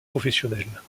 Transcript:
professionnelles